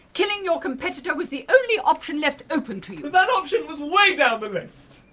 killing your competitor was the only option left open to you! that option was way down the list!